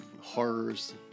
horrors